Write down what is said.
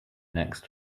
next